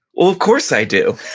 of course i do.